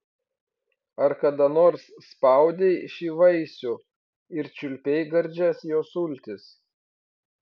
ar kada nors spaudei šį vaisių ir čiulpei gardžias jo sultis